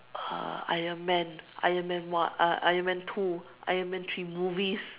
uh Iron man Iron man one uh Iron man two Iron man three movies